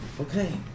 Okay